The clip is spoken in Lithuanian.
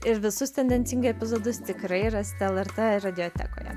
ir visus tendencingai epizodus tikrai rasite lrt radiotekoje